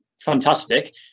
Fantastic